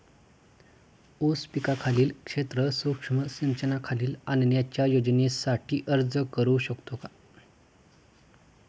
ऊस पिकाखालील क्षेत्र सूक्ष्म सिंचनाखाली आणण्याच्या योजनेसाठी अर्ज करू शकतो का?